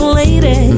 lady